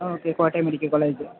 okay Kottayam medical college